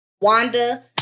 Wanda